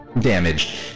damage